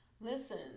Listen